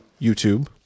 YouTube